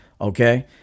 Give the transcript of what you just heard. Okay